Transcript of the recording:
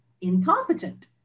incompetent